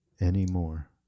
anymore